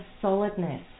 solidness